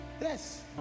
Yes